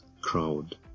crowd